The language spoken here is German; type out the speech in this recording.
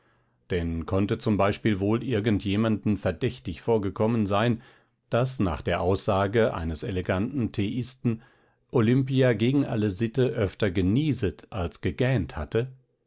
denn konnte z b wohl irgend jemanden verdächtig vorgekommen sein daß nach der aussage eines eleganten teeisten olimpia gegen alle sitte öfter genieset als gegähnt hatte